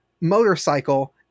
motorcycle